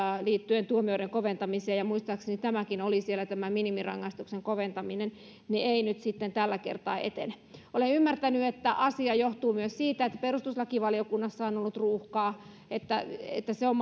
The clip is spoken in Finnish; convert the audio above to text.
liittyen tuomioiden koventamiseen ja muistaakseni sielläkin oli tämä minimirangaistuksen koventaminen ei nyt sitten tällä kertaa etene olen ymmärtänyt että asia johtuu myös siitä että perustuslakivaliokunnassa on on ollut ruuhkaa että että se on